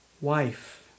wife